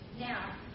Now